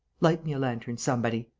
light me a lantern, somebody!